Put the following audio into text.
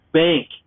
bank